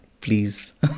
please